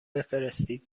بفرستید